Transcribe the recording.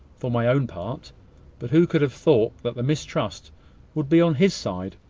for my own part but who could have thought that the mistrust would be on his side?